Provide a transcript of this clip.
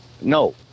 No